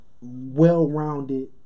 well-rounded